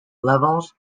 levels